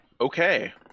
Okay